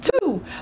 Two